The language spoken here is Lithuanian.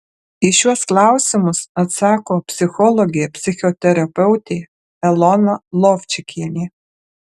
į šiuos klausimus atsako psichologė psichoterapeutė elona lovčikienė